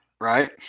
right